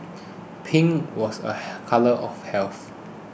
pink was a colour of health